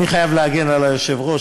אני חייב להגן על היושב-ראש,